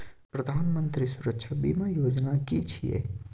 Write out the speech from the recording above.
प्रधानमंत्री सुरक्षा बीमा योजना कि छिए?